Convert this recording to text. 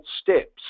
steps